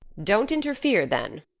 don't interfere then.